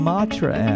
Matra